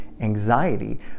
anxiety